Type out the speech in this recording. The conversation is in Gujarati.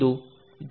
01 થી 0